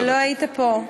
אתה לא היית פה.